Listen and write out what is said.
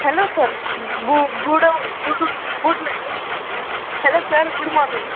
hello sir good good good good hello sir good morning